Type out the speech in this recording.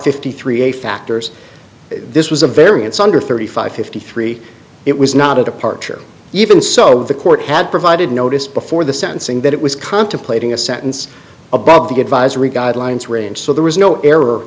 fifty three a factors this was a variance under thirty five fifty three it was not a departure even so the court had provided notice before the sentencing that it was contemplating a sentence above the advisory guidelines range so there was no